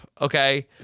okay